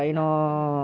like ya